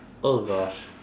oh gosh